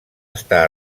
està